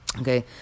okay